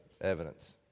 evidence